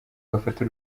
gafata